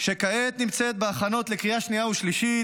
שכעת נמצאת בהכנות לקריאה שנייה ושלישית